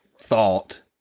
thought